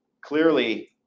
clearly